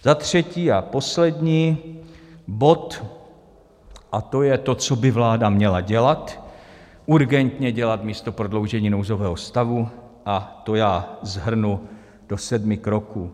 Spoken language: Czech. Za třetí a poslední bod, a to je to, co by vláda měla dělat, urgentně dělat místo prodloužení nouzového stavu, a to já shrnu do sedmi kroků.